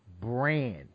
brand